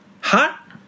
hot